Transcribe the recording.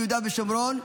ביהודה ושומרון,